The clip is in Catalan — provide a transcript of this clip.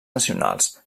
nacionals